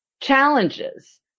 challenges